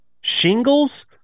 Shingles